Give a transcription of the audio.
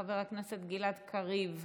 חבר הכנסת גלעד קריב,